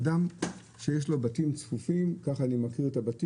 אדם שיש לו בתים צפופים או לא צפופים